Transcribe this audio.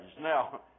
Now